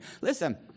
Listen